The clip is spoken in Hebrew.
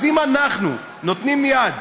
אז אם אנחנו נותנים יד